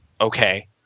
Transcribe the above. okay